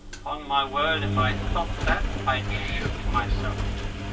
upon my word, if i thought that, i'd shoot myself.